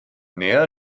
nähe